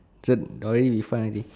so already we find already